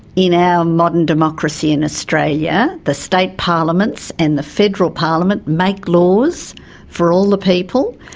you know modern democracy in australia, yeah the state parliaments and the federal parliament make laws for all the people,